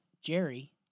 Jerry